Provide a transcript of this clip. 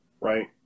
right